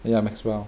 ya maxwell